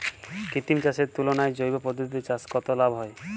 কৃত্রিম চাষের তুলনায় জৈব পদ্ধতিতে চাষে কত লাভ হয়?